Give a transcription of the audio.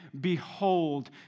behold